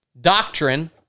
doctrine